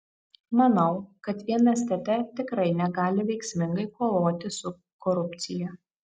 manau kad vien stt tikrai negali veiksmingai kovoti su korupcija